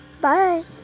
Bye